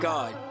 God